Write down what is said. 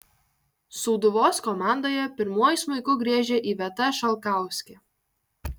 sūduvos komandoje pirmuoju smuiku griežia iveta šalkauskė